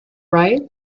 right